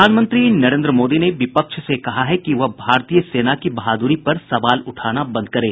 प्रधानमंत्री नरेन्द्र मोदी ने विपक्ष से कहा है कि वह भारतीय सेना की बहादुरी पर सवाल उठाना बंद करे